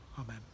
amen